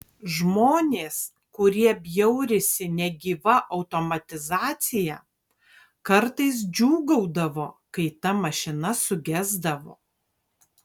žmonės kurie bjaurisi negyva automatizacija kartais džiūgaudavo kai ta mašina sugesdavo